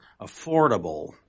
affordable